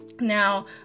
Now